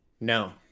No